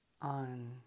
on